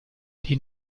die